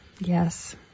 yes